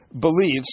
beliefs